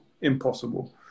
impossible